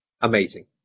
Amazing